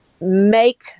make